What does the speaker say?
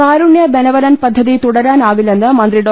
കാരുണ്യ benevolent പദ്ധതി തുടരാനാവില്ലെന്ന് മന്ത്രി ഡോ